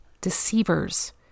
deceivers